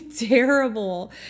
terrible